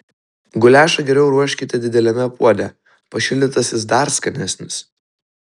guliašą geriau ruoškite dideliame puode pašildytas jis dar skanesnis